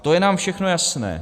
To je nám všechno jasné.